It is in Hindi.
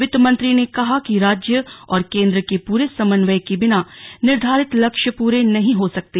वित्तमंत्री ने कहा कि राज्य और केन्द्र के पूरे समन्वय के बिना निर्धारित लक्ष्य पूरे नहीं हो सकते